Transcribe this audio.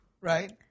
right